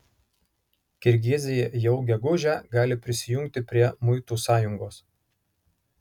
kirgizija jau gegužę gali prisijungti prie muitų sąjungos